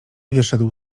wyszedł